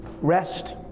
Rest